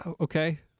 Okay